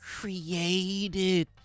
created